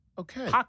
Okay